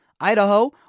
Idaho